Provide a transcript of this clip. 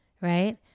Right